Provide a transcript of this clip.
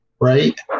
right